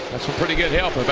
pretty good help,